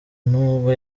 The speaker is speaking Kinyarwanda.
n’ubwo